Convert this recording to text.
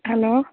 hello